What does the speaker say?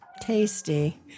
tasty